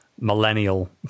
millennial